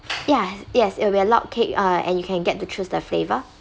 ya yes it were log cake uh and you can't get to choose the flavor